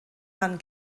mann